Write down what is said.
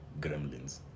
gremlins